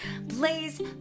Blaze